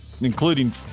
including